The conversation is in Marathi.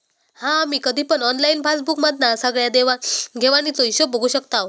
हा आम्ही कधी पण ऑनलाईन पासबुक मधना सगळ्या देवाण घेवाणीचो हिशोब बघू शकताव